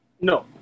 No